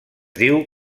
diu